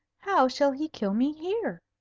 how shall he kill me here?